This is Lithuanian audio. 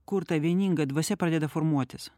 kur ta vieninga dvasia pradeda formuotis